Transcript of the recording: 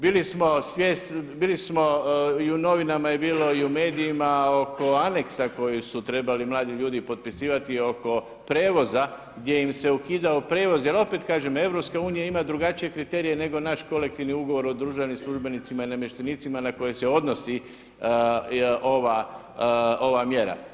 Bili smo, i u novinama je bilo i u medijima oko aneksa koji su trebali mladi ljudi potpisivati oko prijevoza gdje im se ukidao prijevoz jer opet kažem EU ima drugačije kriterije nego naš kolektivni ugovor o državnim službenicima i namještenicima na koje se odnosi ova mjera.